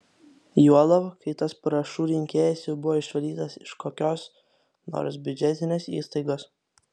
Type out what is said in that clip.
juolab kai tas parašų rinkėjas jau buvo išvarytas iš kokios nors biudžetinės įstaigos